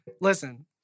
Listen